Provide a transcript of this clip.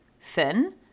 thin